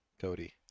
Cody